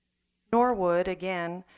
norwood, again,